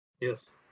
Yes